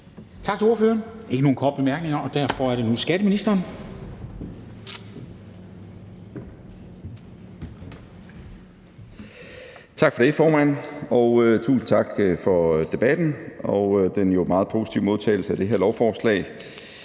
Tak for det, formand. Og tusind tak for debatten og den meget positive modtagelse af det her lovforslag